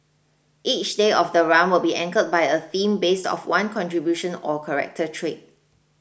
each day of the run will be anchored by a theme based of one contribution or character trait